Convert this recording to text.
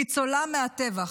ניצולה מהטבח.